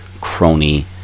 crony